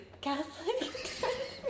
Catholic